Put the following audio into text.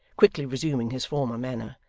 quickly resuming his former manner.